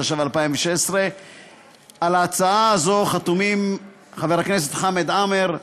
התשע"ו 2016. על ההצעה הזאת חתומים חברי הכנסת חמד עמאר,